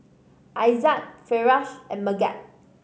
Aizat Firash and Megat